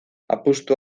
apustu